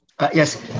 Yes